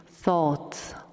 thoughts